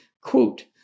Quote